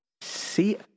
See